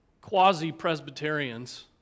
quasi-Presbyterians